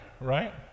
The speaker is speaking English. right